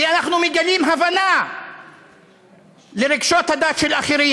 כי אנחנו מגלים הבנה לרגשות הדת של אחרים.